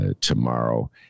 tomorrow